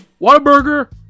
Whataburger